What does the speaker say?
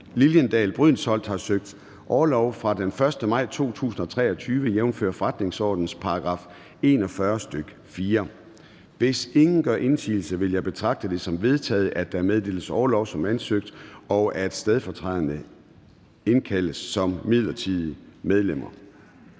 Liliendahl Brydensholt (ALT) har søgt om orlov fra den 1. maj 2023, jf. forretningsordenens § 41, stk. 4. Hvis ingen gør indsigelse, vil jeg betragte det som vedtaget, at der meddeles orlov som ansøgt, og at stedfortræderne indkaldes som midlertidige medlemmer.